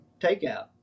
takeout